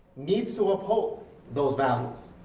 needs to uphold those values.